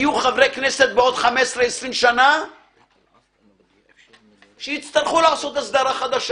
יהיו חבריי כנסת בעוד 15 20 שנה שיצרכו לעשות הסדרה חדשה.